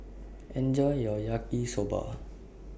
Enjoy your Yaki Soba